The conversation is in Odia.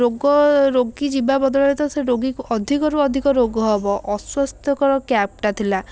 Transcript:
ରୋଗ ରୋଗୀ ଯିବା ବଦଳରେ ତ ସେଇ ରୋଗୀକୁ ଅଧିକ ରୁ ଅଧିକ ରୋଗ ହେବ ଅସ୍ୱସ୍ଥକର କ୍ୟାବ୍ଟା ଥିଲା